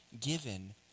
given